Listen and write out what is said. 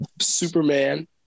Superman